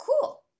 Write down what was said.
cool